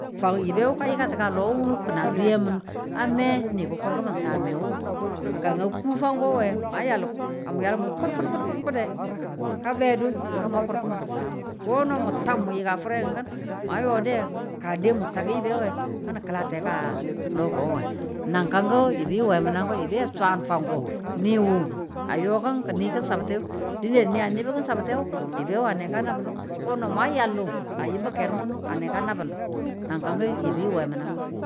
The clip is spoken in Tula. ka wu yebe wu ka yikati lo wu ki̱n a duye mu a mi ni ki̱ kurkimin chamme wu. ka a ku fanko nge mwa yal. ka ng yal kul kul kul de, ka bedu be ma kur ki̱min chambu ko no nwub tab ng yika fere kin ma yode kade ng chak yibe nge kana kilade lo ko we nan kangu yibiyu we minangu yibi a chan fanko niwu a yokin ki̱ nidu chambu dine ni a nibu chabte yibe wu a neka nabdu kono mwa yaldu, a yimbu kerunu neka nabnu na kan yibi we minan